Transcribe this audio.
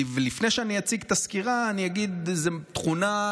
לפני שאני אציג את הסקירה, אני אגיד איזו תכונה,